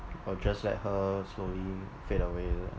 or just let her slowly fade away is it